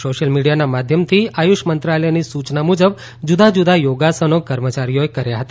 social મિડિયાના માધ્યમથી આયુષ મંત્રાયલની સુચના મુજબ જુદ જુદા યોગાસનો કર્મચારીઓએ કર્યા હતા